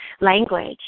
language